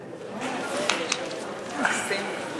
עם חיליק עבדתי יחד כמעט עשר שנים.